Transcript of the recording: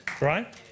right